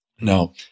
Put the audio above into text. Now